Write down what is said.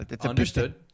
Understood